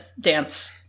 dance